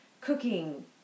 cooking